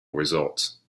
results